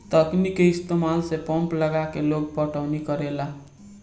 तकनीक के इस्तमाल से पंप लगा के लोग पटौनी करेला